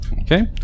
Okay